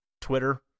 Twitter